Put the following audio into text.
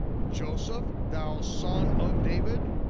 joseph, thou son of david,